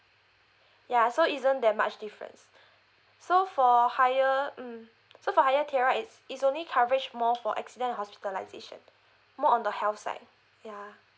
ya so isn't that much difference so for higher mm so for higher tier right it's it only coverage more for accident hospitalisation more on the health side ya